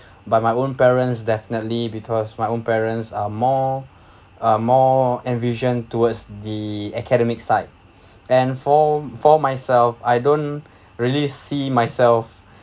but my own parents definitely because my own parents are more uh more envision towards the academic side and for for myself I don't really see myself